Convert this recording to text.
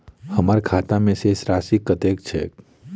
हम्मर खाता मे शेष राशि कतेक छैय?